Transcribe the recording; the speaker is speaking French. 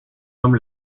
homme